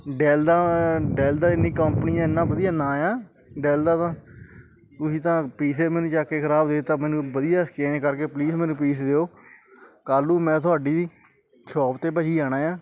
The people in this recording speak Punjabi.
ਡੈਲ ਦਾ ਡੈਲ ਦਾ ਇੰਨੀ ਕੰਪਨੀ ਆ ਇੰਨਾ ਵਧੀਆ ਨਾਂ ਆ ਡੈਲ ਦਾ ਵਾ ਤੁਸੀਂ ਤਾਂ ਪੀਸ ਏ ਮੈਨੂੰ ਜਾ ਚੁੱਕ ਕੇ ਖਰਾਬ ਦੇ ਦਿੱਤਾ ਮੈਨੂੰ ਵਧੀਆ ਅਕਸਚੇਂਜ ਕਰਕੇ ਪਲੀਜ਼ ਮੈਨੂੰ ਪੀਸ ਦਿਓ ਕੱਲ੍ਹ ਨੂੰ ਮੈਂ ਤੁਹਾਡੀ ਸ਼ੌਪ 'ਤੇ ਭਾਅ ਜੀ ਆਉਣਾ ਹੈ